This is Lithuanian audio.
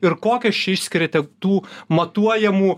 ir kokias čia išskiriate tų matuojamų